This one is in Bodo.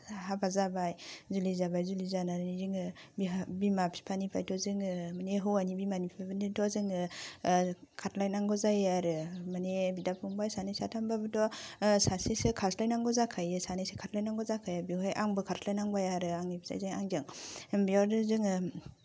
हाबा जाबाय जुलि जाबाय जुलि जानानै जोङो बिहा बिमा बिफानिफ्रायथ' जोङो माने हौवानि बिमा बिफानिफ्रायथ' जोङो खारलायनांगौ जायो आरो माने बिदा फंबाय सानै साथामबाबोथ' सासेसो खारस्लायनांगौ जाखायो सानैसो खारलायनांगौ जाखायो बेवहाय आंबो खारस्लायनांबाय आरो आंनि फिसायजों आंजों बेयावनो जोङो